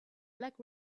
black